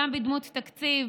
גם בדמות תקציב,